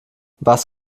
was